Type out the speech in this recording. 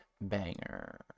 banger